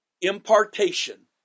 impartation